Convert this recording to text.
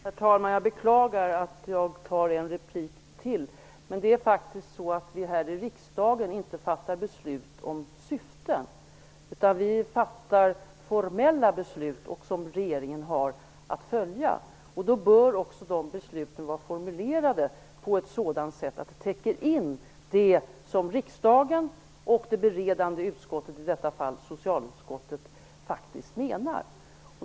Herr talman! Jag beklagar att jag tar en replik till, men det är faktiskt så att vi här i riksdagen inte fattar beslut om syften. Vi fattar formella beslut som regeringen har att följa. Då bör också dessa beslut vara formulerade på ett sådant sätt att de täcker in det riksdagen och det beredande utskottet - i detta fall socialutskottet - faktiskt menar.